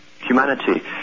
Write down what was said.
humanity